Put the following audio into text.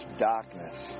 darkness